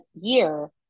year